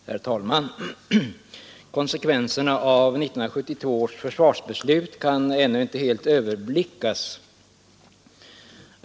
Herr talman! Konsekvenserna av 1972 års försvarsbeslut kan ännu inte helt överblickas.